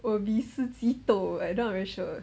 will be 四季豆 I not very sure